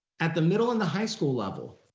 at the middle and the high school level,